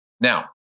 now